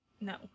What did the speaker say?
No